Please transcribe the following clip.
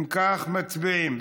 אם כך, מצביעים.